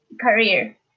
career